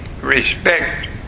respect